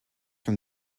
from